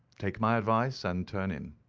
take my advice and turn in.